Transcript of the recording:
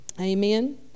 Amen